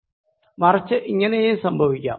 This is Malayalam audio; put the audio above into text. മറിച്ച് ഇങ്ങിനെയും സംഭവിക്കാം